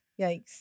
Yikes